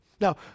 Now